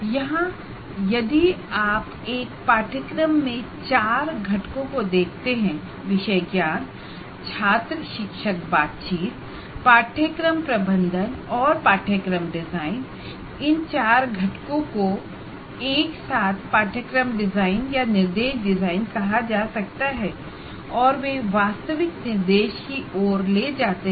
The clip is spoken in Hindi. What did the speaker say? यहां यदि आप एक पाठ्यक्रम के चार घटकों को देखते हैं subject knowledge teacher student interaction course management और course design subject knowledge student teacher interaction course management and course design तो इन चार घटकों को एक साथ कोर्स डिजाइन या इंस्ट्रक्शन डिजाइन कहा जा सकता है और वे वास्तविक निर्देश की ओर ले जाते हैं